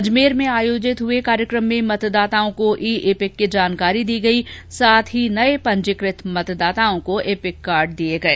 अजमेर में आयोजित कार्यक्रम में मतदाताओं को ई इपिक की जानकारी दी गई साथ ही नये पंजीकृत मतदाताओं को एपिक कार्ड दिये गये